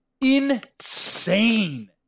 insane